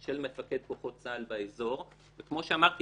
של מפקד כוחות צה"ל באזור וכמו שאמרתי,